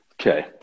Okay